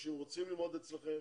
אנשים רוצים ללמוד אצלכם,